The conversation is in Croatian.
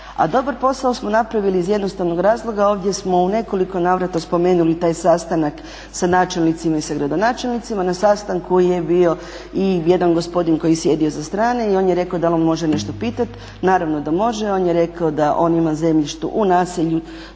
dobar posao smo napravili iz jednostavnog razloga, ovdje smo u nekoliko navrata spomenuli taj sastanak sa načelnicima i sa gradonačelnicima, na sastanku je bio i jedan gospodin koji je sjedio sa strane i on je rekao dal on može nešto pitati, naravno da može, on je rekao da on ima zemljište u naselju